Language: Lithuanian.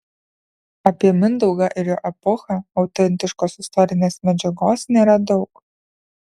apie mindaugą ir jo epochą autentiškos istorinės medžiagos nėra daug